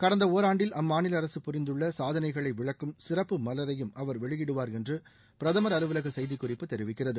கடந்த ஒராண்டில் அம்மாநில அரசு புரிந்துள்ள சாதனைகளை விளக்கும் சிறப்பு மலரையும் அவர் வெளியிடுவார் என்று பிரதமர் அலுவலக செய்திக்குறிப்பு தெரிவிக்கிறது